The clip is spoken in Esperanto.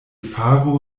faru